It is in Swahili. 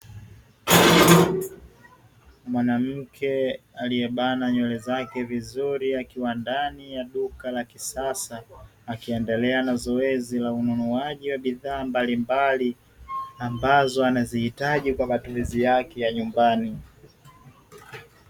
Mwanamke aliyebana nywele zake vizuri akiwa ndani ya duka la kisasa akiendelea na zoezi la ununuaji wa bidhaa mbalimbali ambazo anazihitaji kwa matumizi yake ya nyumbani.